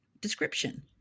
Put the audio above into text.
description